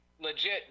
legit